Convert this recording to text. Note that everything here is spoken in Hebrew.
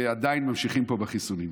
ועדיין ממשיכים פה בחיסונים,